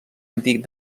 antic